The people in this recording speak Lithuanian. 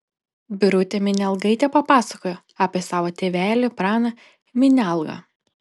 birutė minialgaitė papasakojo apie savo tėvelį praną minialgą